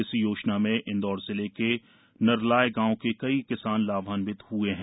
इस योजना में इंदौर जिले के नरलाय गांव के कई किसान लाभांवित हुए हैं